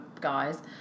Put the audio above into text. guys